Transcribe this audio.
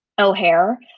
O'Hare